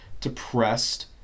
depressed